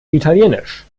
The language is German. italienisch